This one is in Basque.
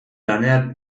lanean